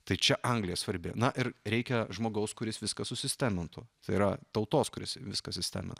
tai čia anglija svarbi na ir reikia žmogaus kuris viskas susistemintų tai yra tautos kuris viską sistemina